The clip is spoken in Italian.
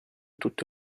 tutto